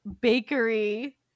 bakery